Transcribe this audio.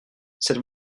cette